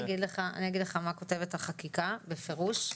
אני אגיד לך מה כותבת החקיקה בפירוש.